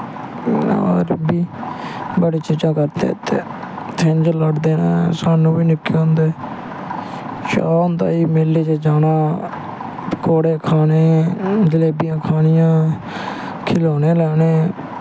इयां होर बी बड़ी चीजां करदे इत्थें शिंज्झ लड़दे नै स्हानू बी निक्के होंदैं चाऽ होंदा हा मेले च जाना पकौड़े खाने जलेबियां खानियां खलौने लैने